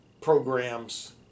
programs